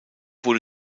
wurde